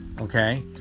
okay